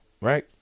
right